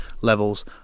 levels